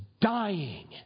dying